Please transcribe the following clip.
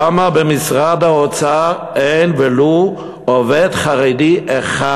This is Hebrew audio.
למה במשרד האוצר אין ולו עובד חרדי אחד?